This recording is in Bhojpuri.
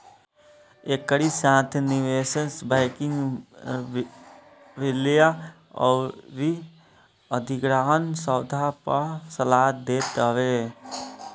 एकरी साथे निवेश बैंकिंग विलय अउरी अधिग्रहण सौदा पअ सलाह देत हवे